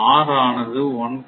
R ஆனது 1